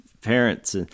parents